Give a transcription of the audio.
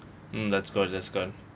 mm that's good that's good